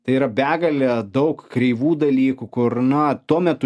tai yra begalė daug kreivų dalykų kur na tuo metu